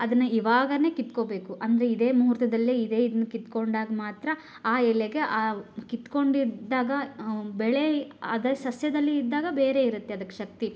ಅದನ್ನು ಇವಾಗಲೇ ಕಿತ್ಕೊಳ್ಬೇಕು ಅಂದರೆ ಇದೇ ಮುಹೂರ್ತದಲ್ಲಿ ಇದೇ ಇದ್ನ ಕಿತ್ಕೊಂಡಾಗ ಮಾತ್ರ ಆ ಎಲೆಗೆ ಆ ಕಿತ್ಕೊಂಡಿದ್ದಾಗ ಬೆಳೆ ಅದು ಸಸ್ಯದಲ್ಲಿ ಇದ್ದಾಗ ಬೇರೆ ಇರುತ್ತೆ ಅದಕ್ಕೆ ಶಕ್ತಿ